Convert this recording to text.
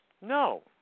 No